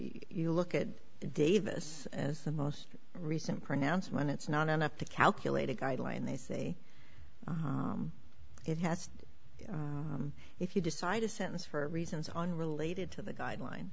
you look at davis as the most recent pronouncement it's not enough to calculate a guideline they say it has if you decide a sentence for reasons unrelated to the guideline